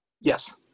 Yes